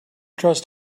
trust